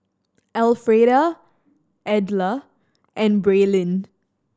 Elfreda Edla and Braelyn